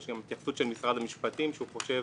יש גם התייחסות של משרד המשפטים שהוא חושב